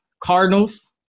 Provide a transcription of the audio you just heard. Cardinals